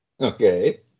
okay